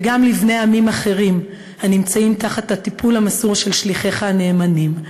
וגם לבני עמים אחרים הנמצאים תחת הטיפול המסור של שליחיך הנאמנים,